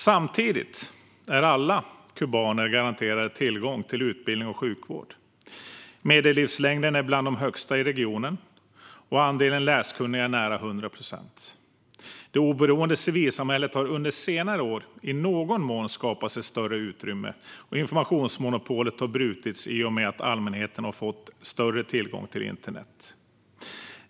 Samtidigt är alla kubaner garanterade tillgång till utbildning och sjukvård. Medellivslängden är bland de högsta i regionen, och andelen läskunniga är nära 100 procent. Det oberoende civilsamhället har under senare år i någon mån skapats ett större utrymme, och informationsmonopolet har brutits i och med att allmänheten har fått större tillgång till internet.